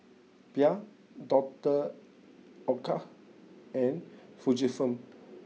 Bia Doctor Oetker and Fujifilm